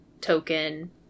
token